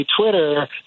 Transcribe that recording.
Twitter